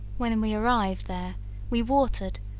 when and we arrived there we watered,